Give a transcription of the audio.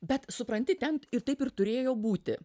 bet supranti ten ir taip ir turėjo būti